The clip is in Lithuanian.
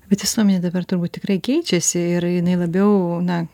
bet visuomenė dabar turbūt tikrai keičiasi ir jinai labiau na